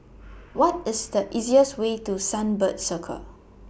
What IS The easiest Way to Sunbird Circle